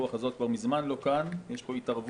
הרוח הזאת כבר מזמן לא כאן, יש התערבות